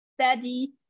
steady